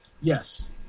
Yes